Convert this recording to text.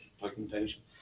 documentation